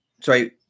Sorry